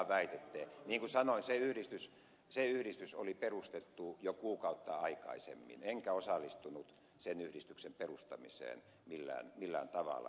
niin kuin sanoin se yhdistys oli perustettu jo kuukautta aikaisemmin enkä osallistunut sen yhdistyksen perustamiseen millään tavalla